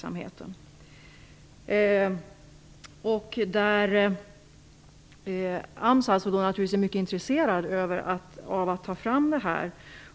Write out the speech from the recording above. AMS är naturligtvis mycket intresserad av att föra fram detta.